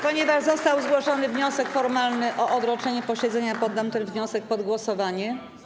Ponieważ został zgłoszony wniosek formalny o odroczenie posiedzenia, poddam ten wniosek pod głosowanie.